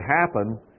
happen